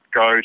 go